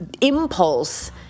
impulse